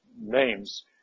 names